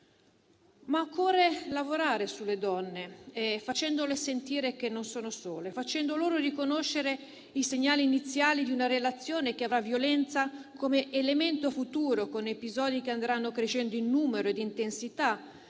Occorre però lavorare sulle donne, facendo sentire loro che non sono sole, facendo loro riconoscere i segnali iniziali di una relazione che avrà la violenza come elemento futuro, con episodi che andranno crescendo in numero ed intensità,